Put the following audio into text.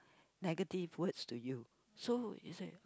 negative words to you so you say